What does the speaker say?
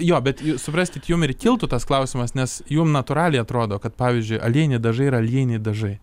jo bet supraskit jum ir kiltų tas klausimas nes jum natūraliai atrodo kad pavyzdžiui aliejiniai dažai aliejiniai dažai